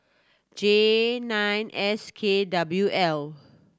J nine S K W L